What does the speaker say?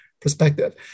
perspective